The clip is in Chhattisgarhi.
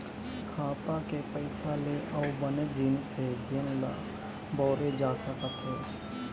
खाता के पइसा ले अउ बनेच जिनिस हे जेन ल बउरे जा सकत हे